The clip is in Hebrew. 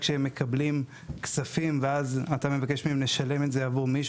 כשהם מקבלים כספים ואז אתה מבקש מהם לשלם את זה עבור מישהו.